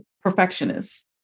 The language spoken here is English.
perfectionist